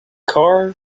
car